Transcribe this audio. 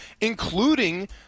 including